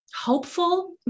hopeful